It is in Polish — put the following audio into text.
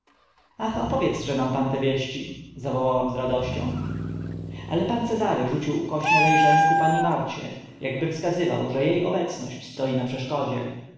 ach opowiedzże nam pan te wieści zawołałam z radością ale pan cezary rzucił ukośne we rzenie ku pani marcie akby wskazywał że e obecność stoi na przeszkodzie